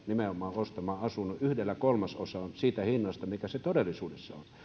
nimenomaan pääkaupunkiseudulla ostamaan asunnon yhdellä kolmasosalla siitä hinnasta mikä se todellisuudessa on